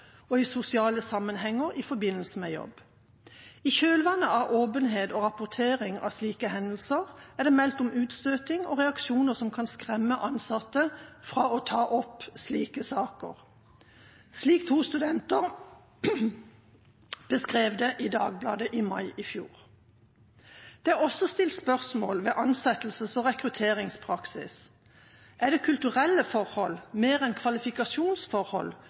og i sosiale sammenhenger i forbindelse med jobb. I kjølvannet av åpenhet og rapportering av slike hendelser er det meldt om utstøting og reaksjoner som kan skremme ansatte fra å ta opp slike saker, slik to studenter beskrev det i Dagbladet i mai i fjor. Det er også stilt spørsmål ved ansettelses- og rekrutteringspraksisen: Er det kulturelle forhold mer enn kvalifikasjonsforhold